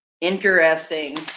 Interesting